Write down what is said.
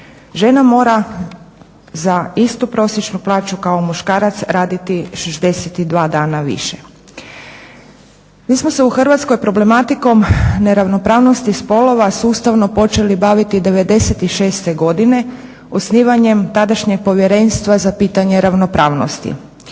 Žena mora za istu prosječnu plaću kao muškarac raditi 62 dana više. Mi smo se u Hrvatskoj problematikom neravnopravnosti spolova sustavno počeli baviti '96. godine osnivanjem tadašnjeg Povjerenstva za pitanje ravnopravnosti.